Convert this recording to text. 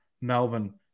Melbourne